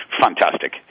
fantastic